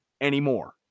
anymore